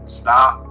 stop